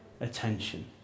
attention